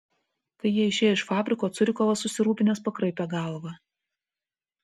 kai jie išėjo iš fabriko curikovas susirūpinęs pakraipė galva